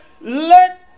let